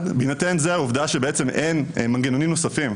בהינתן העובדה שבעצם אין מנגנונים נוספים,